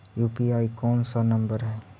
UPI कोन सा number हैं?